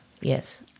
Yes